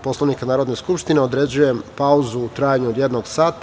Poslovnika Narodne skupštine, određujem pauzu u trajanju od jednog sata.